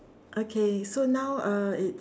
okay so now uh it's